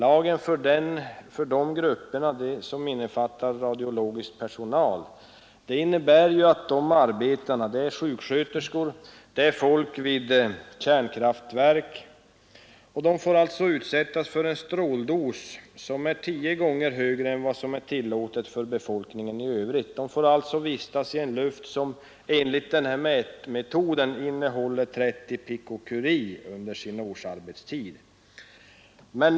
Lagen för de grupper som innefattar radiologisk personal innebär att dessa sjuksköterskor, folk vid kärnkraftverk etc. får utsättas för en stråldos som är tio gånger högre än vad som är tillåtet för befolkningen i övrigt De får vistas i en luft som enligt vedertagen mätmetod innehåller 30 pikocurie under årsarbetstiden.